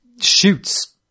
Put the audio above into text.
shoots